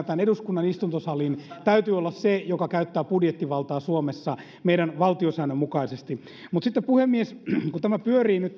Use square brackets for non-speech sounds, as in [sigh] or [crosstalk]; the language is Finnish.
[unintelligible] tämän eduskunnan istuntosalin täytyy aina olla se joka käyttää budjettivaltaa suomessa meidän valtiosääntömme mukaisesti mutta sitten puhemies kun tämä keskustelu maakuntakentistä pyörii nyt [unintelligible]